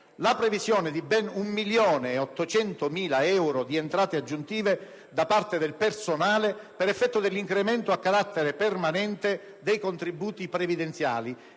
la previsione di ben 1,8 milioni euro di entrate aggiuntive da parte del personale per effetto dell'incremento a carattere permanente dei contributi previdenziali